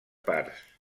parts